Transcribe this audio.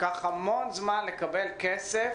לקח המון זמן לקבל כסף